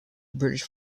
british